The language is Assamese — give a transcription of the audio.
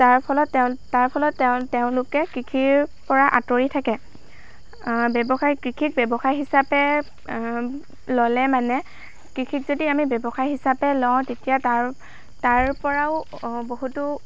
তাৰ ফলত তেওঁ তাৰ ফলত তেওঁ তেওঁলোকে কৃষিৰ পৰা আঁতৰি থাকে ব্যৱসায় কৃষিক ব্যৱসায় হিচাপে ল'লে মানে কৃষিক যদি আমি ব্যৱসায় হিচাপে লওঁ তেতিয়া তাৰ তাৰপৰাও বহুতো